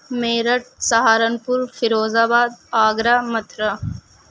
Meerut Saharanpur Firozabad Agra Mathura